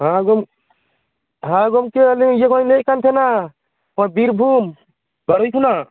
ᱦᱮ ᱜᱚᱢ ᱦᱮ ᱜᱚᱢᱠᱮ ᱟᱹᱞᱤᱧ ᱤᱭᱟᱹ ᱠᱷᱚᱡᱞᱤᱧ ᱞᱟᱹᱭᱮᱫ ᱛᱟᱦᱮᱱᱟ ᱱᱚᱣᱟ ᱵᱤᱨᱵᱷᱩᱢ ᱯᱟᱹᱲᱩᱭ ᱠᱷᱚᱱᱟᱜ